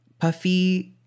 puffy